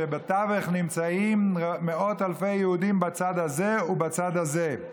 שבתווך נמצאים מאות אלפי יהודים בצד הזה ובצד הזה.